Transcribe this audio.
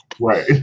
right